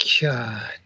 God